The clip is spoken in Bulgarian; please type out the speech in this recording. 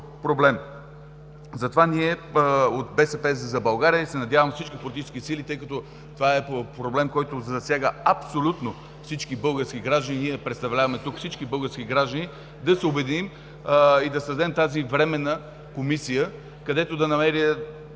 Ние от “БСП за България” се надяваме всички политически сили, тъй като това е проблем, който засяга абсолютно всички български граждани, ние представляваме тук всички български граждани, да се обединим и да създадем тази Временна комисия, където да намерят